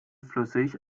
flüssig